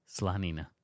slanina